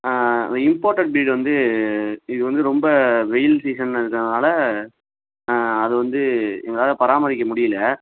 ஆ imported feed வந்து இது வந்து ரொம்ப வெயில் சீசனாக இருக்கிறதுனால அது வந்து எங்களால் பராமரிக்க முடியல